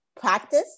practice